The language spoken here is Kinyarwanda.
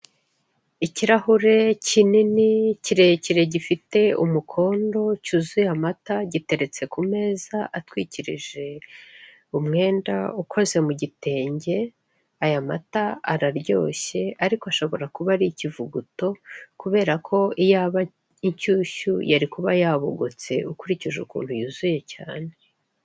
Ikirahure kinini kirekire gifite umukondo cyuzuye amata giteretse ku meza atwikirije umwenda ukoze mu gitenge, aya mata araryoshye ariko ashobora kuba ari ikivuguto kubera ko iyaba inshyushyu yari kuba yabogotse ukurikije ukuntu yuzuye cyane.